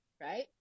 right